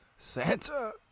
Santa